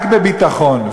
רק בביטחון.